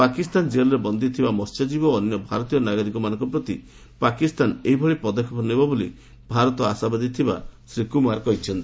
ପାକିସ୍ତାନ ଜେଲ୍ରେ ବନ୍ଦୀଥିବା ମସ୍ୟଜୀବ ଓ ଅନ୍ୟ ଭାରତୀୟ ନାଗରିକମାନଙ୍କ ପ୍ରତି ପାକିସ୍ତାନ ଏହିଭଳି ପଦକ୍ଷେପ ନେବ ବୋଲି ଭାରତ ଆଶାବାଦୀ ଥିବା ଶ୍ରୀ କୁମାର କହିଚ୍ଛନ୍ତି